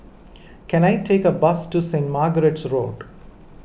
can I take a bus to Saint Margaret's Road